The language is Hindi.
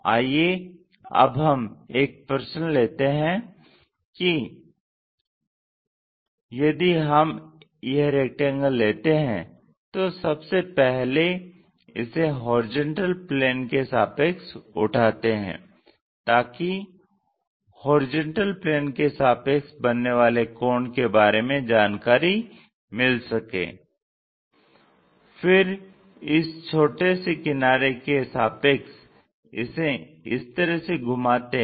आइए अब हम एक प्रश्न लेते हैं यदि हम यह रैक्टेंगल लेते हैं तो सबसे पहले इसे HP के सापेक्ष उठाते हैं ताकि HP के सापेक्ष बनने वाले कोण के बारे में जानकारी मिल सके फिर इस छोटे से किनारे के सापेक्ष इसे इस तरह से घुमाते हैं